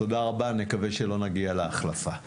תודה רבה, נקווה שלא נגיע להחלפה...